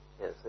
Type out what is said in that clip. Yes